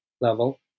level